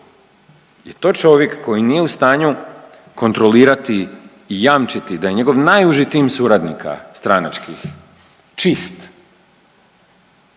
je to čovjek koji nije u stanju kontrolirati i jamčiti da njegov najuži tim suradnika stranačkih čist